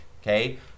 okay